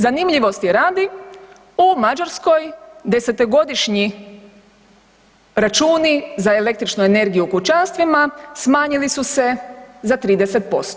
Zanimljivosti radi, u Mađarskoj desetogodišnji računi za električnu energiju kućanstvima smanjili su se za 30%